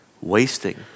Wasting